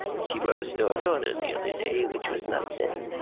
she wrote a store's order the other day which was not sent.